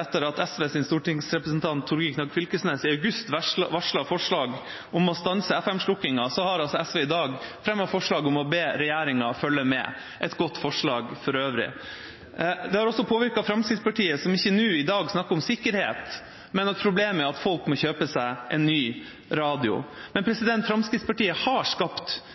Etter at SVs stortingsrepresentant Torgeir Knag Fylkesnes i august varslet forslag om å stanse FM-slukkingen, har SV i dag fremmet forslag om å be regjeringa følge med – et godt forslag for øvrig. Men informasjonen har også påvirket Fremskrittspartiet, som nå i dag ikke snakker om sikkerhet, men om at problemet er at folk må kjøpe seg en ny radio. Men Fremskrittspartiet har skapt